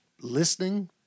listening